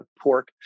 pork